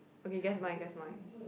okay guess mine guess mine